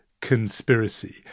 conspiracy